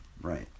Right